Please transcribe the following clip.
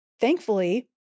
thankfully